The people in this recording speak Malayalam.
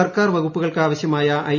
സർക്കാർ വകുപ്പുകൾക്ക് ആവശ്യമായ ഐ